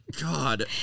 God